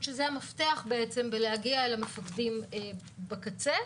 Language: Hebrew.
זה המפתח להגיע למפקדים בקצה.